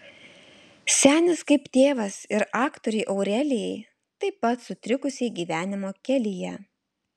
senis kaip tėvas ir aktorei aurelijai taip pat sutrikusiai gyvenimo kelyje